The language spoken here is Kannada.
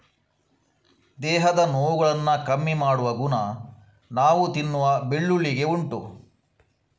ದೇಹದ ನೋವುಗಳನ್ನ ಕಮ್ಮಿ ಮಾಡುವ ಗುಣ ನಾವು ತಿನ್ನುವ ಬೆಳ್ಳುಳ್ಳಿಗೆ ಉಂಟು